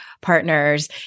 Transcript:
partners